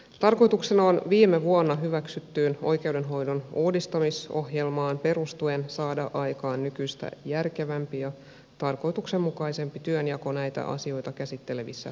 tarkoituksena on viime vuonna hyväksyttyyn oikeu denhoidon uudistamisohjelmaan perustuen saada aikaan nykyistä järkevämpi ja tarkoituksenmukaisempi työnjako näitä asioita käsittelevissä tuomioistuimissa